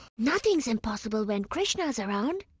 nothing is impossible when krishna is around!